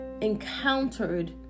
encountered